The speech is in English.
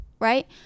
Right